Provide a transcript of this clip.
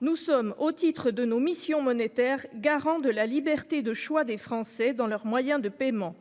Nous sommes au titre de nos missions monétaire garant de la liberté de choix des Français dans leurs moyens de paiement.